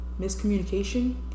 miscommunication